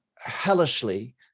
hellishly